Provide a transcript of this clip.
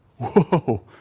Whoa